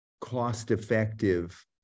cost-effective